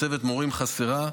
מצבת מורים חסרה.